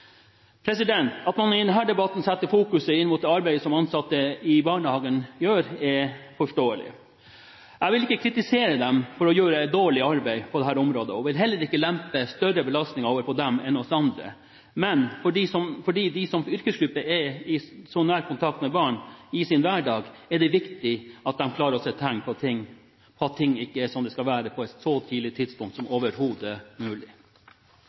At man i denne debatten retter fokus inn mot det arbeidet som ansatte i barnehagene gjør, er forståelig. Jeg vil ikke kritisere dem for å gjøre et dårlig arbeid på dette området. Jeg vil heller ikke lempe større belastninger over på dem enn over på oss andre, men fordi de som yrkesgruppe er i så nær kontakt med barn i sin hverdag, er det viktig at de klarer å se tegn på at ting ikke er som de skal være, på et så tidlig tidspunkt som overhodet mulig.